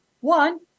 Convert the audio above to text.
One